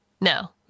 no